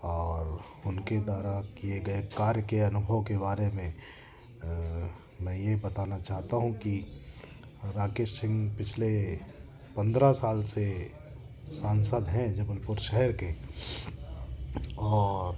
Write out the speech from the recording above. और उनके द्वारा किए गए कार्य के अनुभव के बारे में मैं यह बताना चाहता हूँ कि राकेश सिंह पिछले पन्द्रह साल से सांसद हैं जबलपुर शहर के और